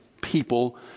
people